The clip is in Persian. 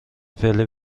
فعلی